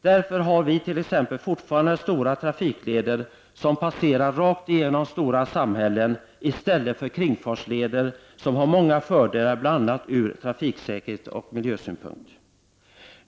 Därför har vi t.ex. fortfarande stora trafikleder som passerar rakt igenom stora samhällen i stället för kringfartsleder som har många fördelar bl.a. ur trafiksäkerhetsoch miljösynpunkt.